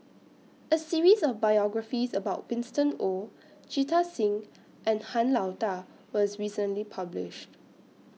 A series of biographies about Winston Oh Jita Singh and Han Lao DA was recently published